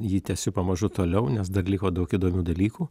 jį tęsiu pamažu toliau nes dar liko daug įdomių dalykų